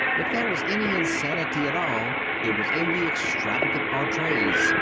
if there was any insanity at all, it was in the extravagant entrees,